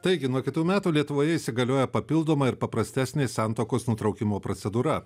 taigi nuo kitų metų lietuvoje įsigalioja papildoma ir paprastesnė santuokos nutraukimo procedūra